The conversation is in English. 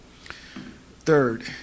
Third